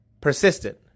persistent